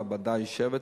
הוועדה יושבת,